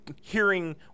hearing